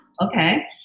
Okay